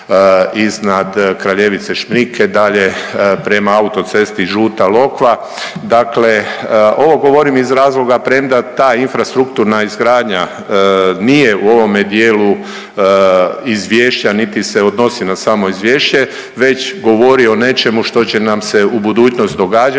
iznad Kraljevice, Šmrike dalje prema autocesti Žuta Lokva. Dakle, ovo govorim iz razloga premda ta infrastrukturna izgradnja nije u ovome dijelu izvješća niti se odnosi na samo izvješće već govori o nečemu što će nam se u budućnosti događati